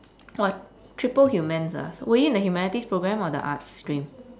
!wah! triple humans ah were you in the humanities programme or the arts stream